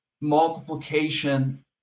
multiplication